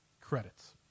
Credits